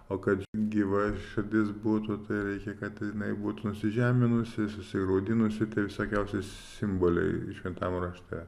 o kad gyva širdis būtų tai reikia kad jinai būtų nusižeminusi susigraudinusi visokiausi simboliai šventam rašte